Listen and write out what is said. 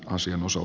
asian osuu